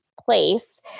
place